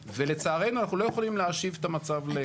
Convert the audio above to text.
ולצערנו אנחנו לא יכולים להשיב את המצב לקדמותו.